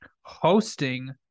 hosting